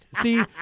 See